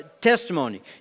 testimony